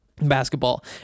basketball